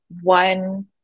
one